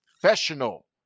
professional